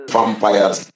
Vampires